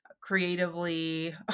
creatively